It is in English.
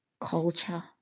Culture